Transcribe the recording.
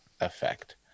effect